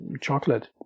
chocolate